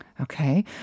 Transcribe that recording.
Okay